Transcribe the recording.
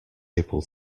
able